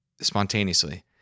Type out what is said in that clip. spontaneously